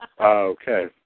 Okay